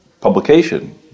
publication